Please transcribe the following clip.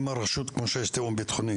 עם הרשות הפלסטינית, כמו שיש תיאום ביטחוני